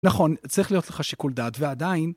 נכון, צריך להיות לך שיקול דעת ועדיין.